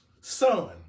son